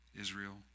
Israel